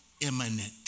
imminent